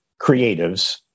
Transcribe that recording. creatives